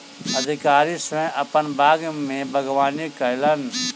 अधिकारी स्वयं अपन बाग में बागवानी कयलैन